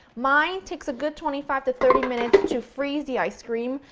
mine takes a good twenty-five to thirty minutes to freeze the ice cream,